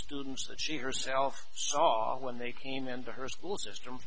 students that she herself saw when they came into her school system